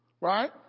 right